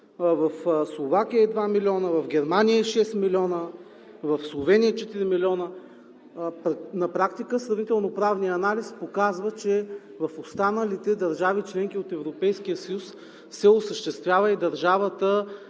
в Словакия е 2 милиона, в Германия е 6 милиона, в Словения 4 милиона. На практика сравнителноправният анализ показва, че в останалите държави – членки от Европейския съюз, се осъществява и държавата